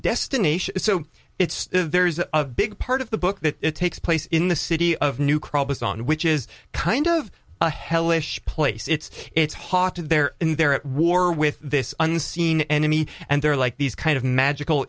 destination so it's there's a big part of the book that takes place in the city of new crops on which is kind of a hellish place it's it's hot they're in they're at war with this unseen enemy and they're like these kind of magical